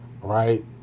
Right